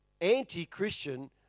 anti-christian